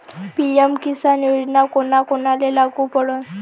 PM Kisan योजना कोना कोनाले लागू पडन?